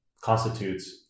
constitutes